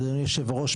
אדוני יושב הראש,